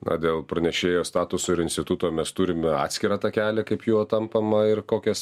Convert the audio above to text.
na dėl pranešėjo statuso ir instituto mes turime atskirą takelį kaip juo tampama ir kokias